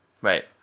Right